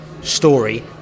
story